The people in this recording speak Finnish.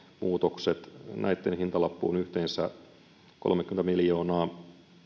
muutokset näitten hintalappu on yhteensä kolmekymmentä miljoonaa